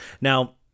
Now